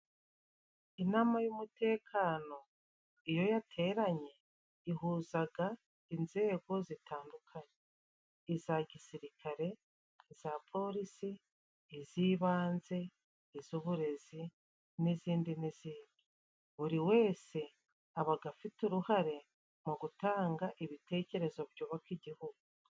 Inama y'umutekano iyo yateranye ihuzaga inzego zitandukanye: iza gisirikare, iza polisi, iz'ibanze, iz'uburezi n'izindi n'izindi...Buri wese abaga afite uruhare mu gutanga ibitekerezo byubaka igihugu.